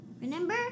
Remember